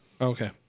Okay